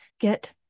Get